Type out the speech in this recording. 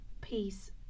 peace